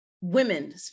women